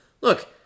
look